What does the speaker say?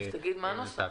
אז תגיד מה הנוסח.